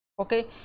Okay